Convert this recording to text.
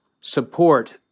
support